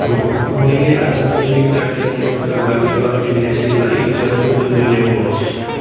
मैले आज किनेको ट्याब्लेटका लागि फारमियेजीलाई उजुरी ल्याउनुहोस्